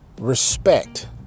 respect